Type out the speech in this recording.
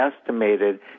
estimated